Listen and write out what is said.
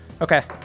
Okay